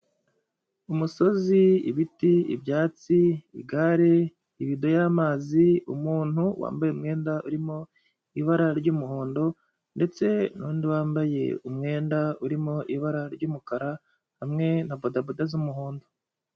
Umusozi, ibiti, ibyatsi, igare, ibido y'amazi, umuntu wambaye umwenda urimo ibara ry'umuhondo ndetse n'undi wambaye umwenda urimo ibara ry'umukara hamwe na bodaboda z'umuhondo.